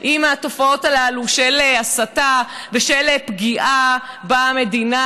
עם התופעות הללו של הסתה ושל פגיעה במדינה,